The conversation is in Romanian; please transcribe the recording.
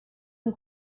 din